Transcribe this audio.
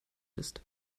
ist